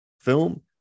film